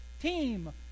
team